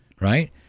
Right